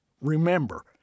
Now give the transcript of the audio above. Remember